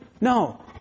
No